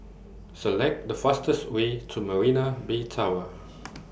Select The fastest Way to Marina Bay Tower